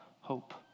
hope